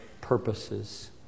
purposes